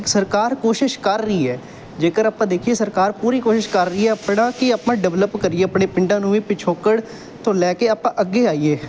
ਸਰਕਾਰ ਕੋਸ਼ਿਸ਼ ਕਰ ਰਹੀ ਹੈ ਜੇਕਰ ਆਪਾਂ ਦੇਖੀਏ ਸਰਕਾਰ ਪੂਰੀ ਕੋਸ਼ਿਸ਼ ਕਰ ਰਹੀ ਹੈ ਆਪਣਾ ਕਿ ਆਪਾਂ ਡਿਵਲਪ ਕਰੀਏ ਆਪਣੇ ਪਿੰਡਾਂ ਨੂੰ ਵੀ ਪਿਛੋਕੜ ਤੋਂ ਲੈ ਕੇ ਆਪਾਂ ਅੱਗੇ ਆਈਏ